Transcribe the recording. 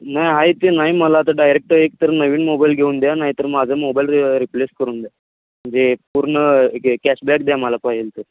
नाही आहे ते नाही मला आता डायरेक्ट एकतर नवीन मोबाईल घेऊन द्या नाहीतर माझं मोबाईल रि रिप्लेस करून द्या म्हणजे पूर्ण कॅशबॅक द्या मला पाहिजे तर